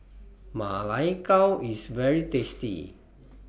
Ma Lai Gao IS very tasty